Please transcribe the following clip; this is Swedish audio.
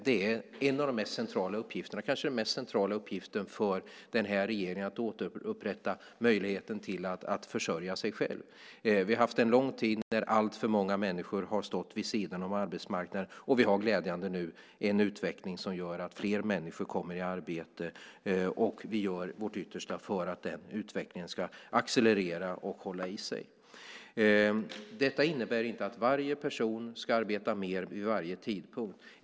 Det är alldeles riktigt att det är kanske den mest centrala uppgiften för den här regeringen att återupprätta möjligheten till att försörja sig själv. Vi har haft en lång tid när alltför många människor har stått vid sidan om arbetsmarknaden, och vi har nu en glädjande utveckling som gör att fler människor kommer i arbete. Vi gör vårt yttersta för att den utvecklingen ska accelerera och hålla i sig. Detta innebär inte att varje person ska arbeta mer vid varje tidpunkt.